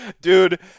Dude